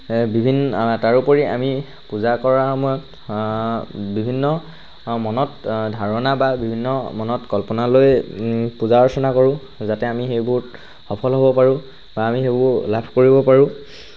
এই বিভিন্ন তাৰোপৰি আমি পূজা কৰাৰ সময়ত বিভিন্ন মনত ধাৰণা বা বিভিন্ন মনত কল্পনা লৈ পূজা অৰ্চনা কৰোঁ যাতে আমি সেইবোৰত সফল হ'ব পাৰোঁ বা আমি সেইবোৰ লাভ কৰিব পাৰোঁ